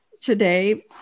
today